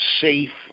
safe